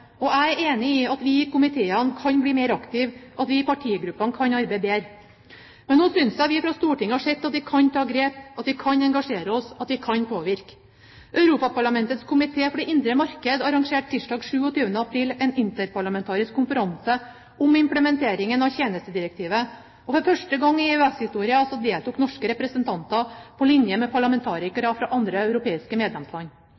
Jeg er enig i at vi i komiteene kan bli mer aktive, at vi i partigruppene kan arbeide bedre. Men nå synes jeg vi fra Stortinget har sett at vi kan ta grep, at vi kan engasjere oss, at vi kan påvirke. Europaparlamentets komité for det indre marked arrangerte tirsdag den 27. april en interparlamentarisk konferanse om implementeringen av tjenestedirektivet. For første gang i EØS' historie deltok norske representanter på lik linje med